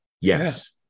Yes